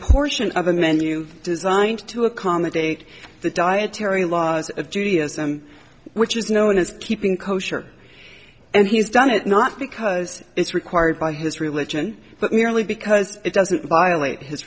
portion of a menu designed to accommodate the dietary laws of judaism which is known as keeping kosher and he's done it not because it's required by his religion but merely because it doesn't violate his